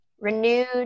renewed